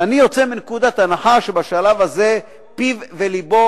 ואני יוצא מנקודת הנחה שבשלב הזה פיו ולבו